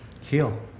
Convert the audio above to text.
heal